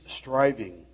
striving